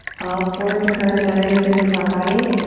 upward current of energy through the front body.